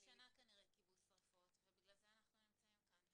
20 שנה כנראה כיבו שריפות ובגלל זה אנחנו נמצאים כאן.